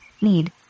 need